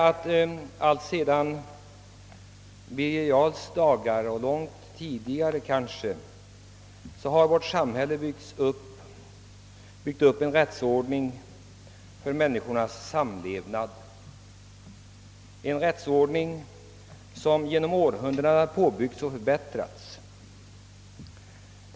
Alltsedan Birger Jarls dagar och kanske redan långt tidigare har vårt samhälle byggt upp en rättsordning för människornas samlevnad, en rättsordning som genom århundraden har byggts på och förbättrats.